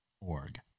org